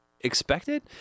expected